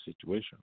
situation